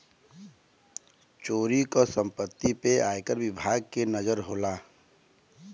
चोरी क सम्पति पे आयकर विभाग के नजर होला